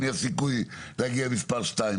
מי הסיכוי להגיע מספר שתיים,